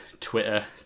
Twitter